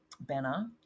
banner